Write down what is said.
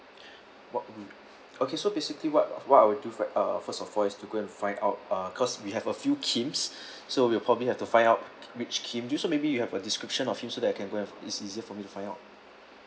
what we okay so basically what what I will do right uh first of all is to go and find out uh because we have a few kims so we will probably have to find out which kim so may be you have a description of him so that I can go and it's easier for me to find out